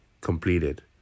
completed